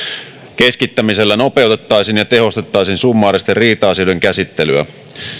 keskittämisellä nopeutettaisiin ja tehostettaisiin summaaristen riita asioiden käsittelyä